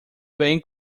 bem